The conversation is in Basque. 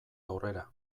aurrera